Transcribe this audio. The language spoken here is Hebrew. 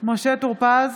משה טור פז,